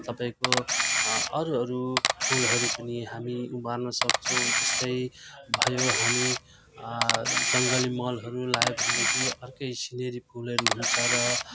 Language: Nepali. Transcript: तपाईँको अरूहरू फुलहरू पनि हामी उमार्न सक्छौँ जस्तै भयो हामी जङ्गली मलहरू लाएको देखि अर्कै सिनेरी फुलहरू हुन्छ र